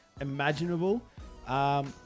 imaginable